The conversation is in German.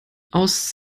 aus